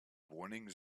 warnings